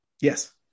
Yes